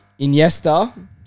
Iniesta